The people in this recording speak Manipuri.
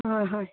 ꯑꯥ ꯍꯣꯏ